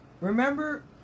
Remember